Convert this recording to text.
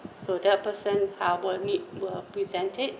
so that person however need were present it